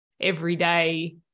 everyday